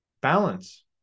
balance